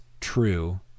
true